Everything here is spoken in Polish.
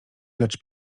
lecz